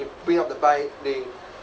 they bring up the bike they